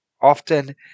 often